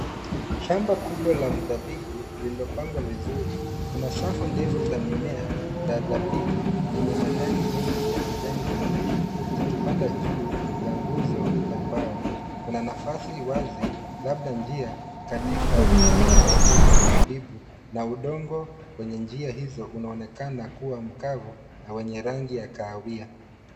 Shamba kubwa la mzabibu lililopangwa vizuri. Kuna safu ndefu za mimea za zabibu zenye majani mengi ya kijani kibichi, zikipanda juu ya nguzo za mbao. Kuna nafasi wazi, labda njia katika kila safu ya zabibu na udongo kwenye njia hizo unaonekana kuwa mkavu na wenye rangi ya kahawia.